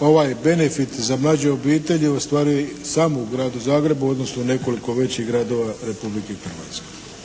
ovaj benefit za mlađe obitelji ostvaruje samo u gradu Zagrebu odnosno u nekoliko većih gradova Republike Hrvatske.